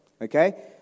Okay